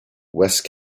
west